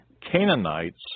Canaanites